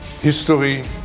History